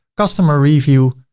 customer review,